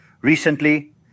recently